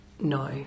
No